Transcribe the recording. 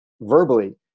verbally